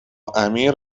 امیر